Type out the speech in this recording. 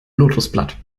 lotosblatt